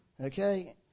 Okay